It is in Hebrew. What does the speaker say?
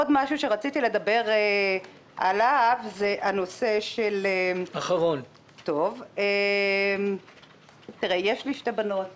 עוד משהו שרציתי לדבר עליו, יש לי שתי בנות